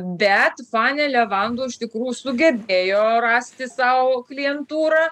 bet fanė levando iš tikrų sugebėjo rasti sau klientūrą